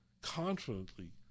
confidently